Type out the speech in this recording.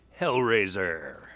Hellraiser